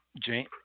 Jane